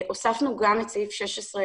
הוספנו גם את סעיף 16א(ד)